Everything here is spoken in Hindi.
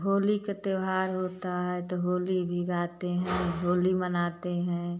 होली के त्योहार होता है तो होली भी गाते हैं होली मनाते हैं